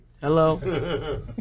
Hello